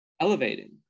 Elevating